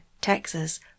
Texas